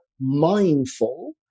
mindful